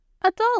adult